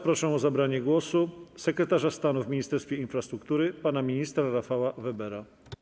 Proszę o zabranie głosu sekretarza stanu w Ministerstwie Infrastruktury pana ministra Rafała Webera.